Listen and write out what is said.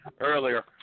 earlier